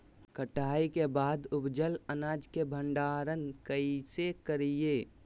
कटाई के बाद उपजल अनाज के भंडारण कइसे करियई?